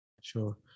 Sure